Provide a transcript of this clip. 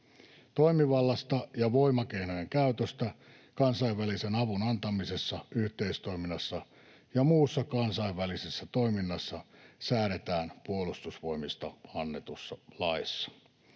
Toimivallasta ja voimakeinojen käytöstä kansainvälisen avun antamisessa yhteistoiminnassa ja muussa kansainvälisessä toiminnassa säädetään puolustusvoimista annetussa laissa.